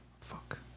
Fuck